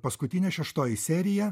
paskutinė šeštoji serija